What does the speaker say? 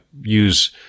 use